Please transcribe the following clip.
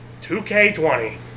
2K20